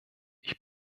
ich